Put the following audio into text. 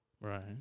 right